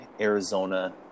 Arizona